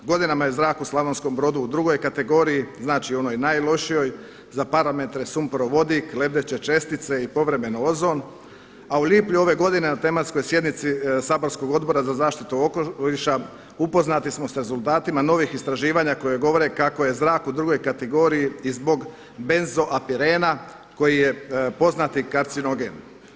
Godinama je zrak u Slavonskom Brodu u drugoj kategoriji znači onoj najlošijoj za parametre sumporovodik, lebdeće čestice i povremeno ozon, a u lipnju ove godine na tematskoj sjednici saborskog Odbora za zaštitu okoliša upoznati smo sa rezultatima novih istraživanja koje govore kako je zrak u drugoj kategoriji i zbog benzoapirena koji je poznati kancerogen.